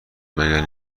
مگر